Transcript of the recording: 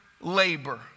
labor